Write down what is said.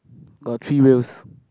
got three wheels